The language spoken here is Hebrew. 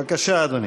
בבקשה, אדוני.